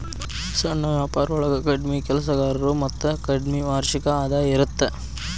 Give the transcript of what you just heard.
ಸಣ್ಣ ವ್ಯಾಪಾರೊಳಗ ಕಡ್ಮಿ ಕೆಲಸಗಾರರು ಮತ್ತ ಕಡ್ಮಿ ವಾರ್ಷಿಕ ಆದಾಯ ಇರತ್ತ